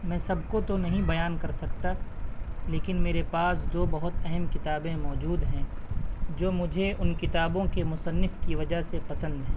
میں سب کو تو نہیں بیان کر سکتا لیکن میرے پاس دو بہت اہم کتابیں موجود ہیں جو مجھے ان کتابوں کے مصنف کی وجہ سے پسند ہیں